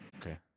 okay